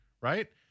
right